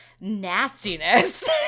nastiness